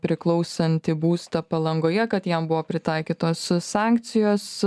priklausantį būstą palangoje kad jam buvo pritaikytos sankcijos